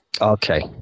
Okay